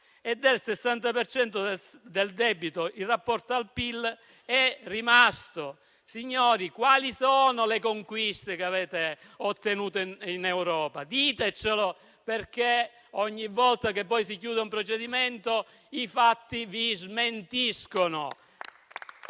per cento del debito in rapporto al PIL. Signori, quali sono le conquiste che avete ottenuto in Europa? Ditecelo, perché, ogni volta che si chiude un procedimento, poi i fatti vi smentiscono.